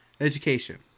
education